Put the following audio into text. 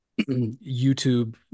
youtube